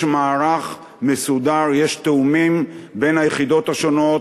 יש מערך מסודר, יש תיאומים בין היחידות השונות.